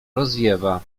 rozwiewa